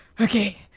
okay